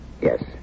Yes